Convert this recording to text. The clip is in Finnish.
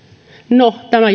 no tämä